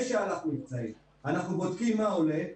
אנחנו בודקים מה עולה,